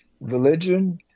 religion